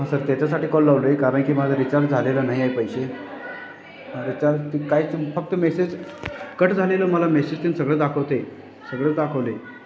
हां सर त्याच्यासाठी कॉल लावलो आहे कारणकी माझा रिचार्ज झालेला नाही आहे पैसे हां रिचार्ज ती काहीच फक्त मेसेज कट झालेलं मला मेसेज तीन सगळं दाखवतं आहे सगळं दाखवलं आहे